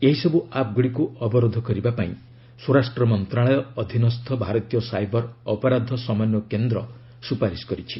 ଏହିସବୁ ଆପ୍ଗୁଡ଼ିକୁ ଅବରୋଧ କରିବା ପାଇଁ ସ୍ୱରାଷ୍ଟ୍ର ମନ୍ତ୍ରଣାଳୟ ଅଧୀନସ୍ଥ ଭାରତୀୟ ସାଇବର ଅପରାଧ ସମନ୍ଧୟ କେନ୍ଦ୍ର ସୁପାରିଶ୍ କରିଛି